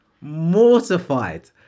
mortified